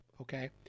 okay